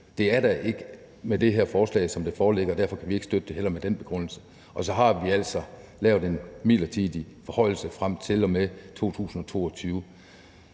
Det er de ikke med det her forslag, sådan som det foreligger, og derfor kan vi heller ikke ud fra den begrundelse støtte det. Så har vi altså lavet en midlertidig forhøjelse frem til og med 2022.